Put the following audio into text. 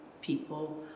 people